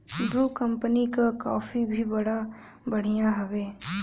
Bru company कअ coffee भी बड़ा बढ़िया हवे